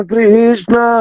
Krishna